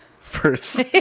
First